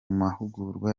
mahugurwa